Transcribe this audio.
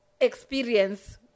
experience